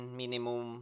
minimum